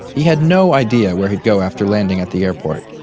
he had no idea where he'd go after landing at the airport.